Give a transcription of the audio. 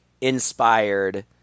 inspired